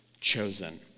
chosen